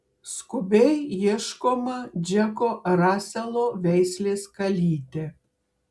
skubiai ieškoma džeko raselo veislės kalytė